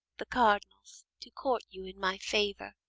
the cardinal's, to court you in my favour.